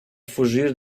fugir